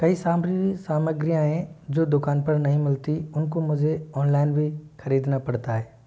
कई सामरी सामग्रियाँ हैं जो दुकान पर नहीं मिलती उनको मुझे ऑनलाइन भी ख़रीदना पड़ता है